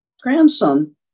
grandson